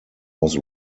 was